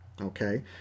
okay